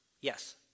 Yes